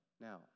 Now